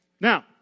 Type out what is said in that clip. Now